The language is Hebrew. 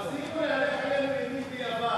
תפסיקו להלך עלינו אימים ביוון.